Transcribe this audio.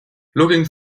looking